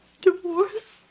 divorce